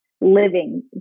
living